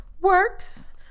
Works